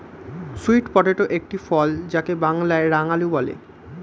sweet potato একটি ফল যাকে বাংলায় রাঙালু বলে